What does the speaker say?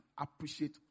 appreciate